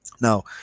Now